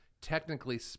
Technically